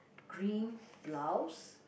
green blouse